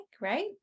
right